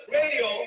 radio